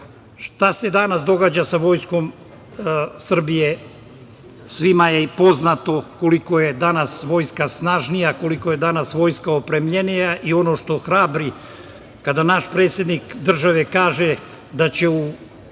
se danas događa sa vojskom Srbije? Svima je poznato koliko je danas vojska snažnija, koliko je danas vojska opremljenija i ono što hrabri je kada naš predsednik države kaže da će u